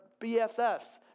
BFFs